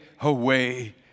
away